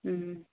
ഉം